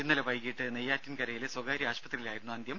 ഇന്നലെ വൈകിട്ട് നെയ്യാറ്റിൻകരയിലെ സ്വകാര്യ ആശുപത്രിയിലായിരുന്നു അന്ത്യം